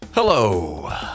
Hello